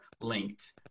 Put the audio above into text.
linked